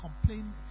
complain